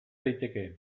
daiteke